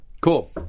cool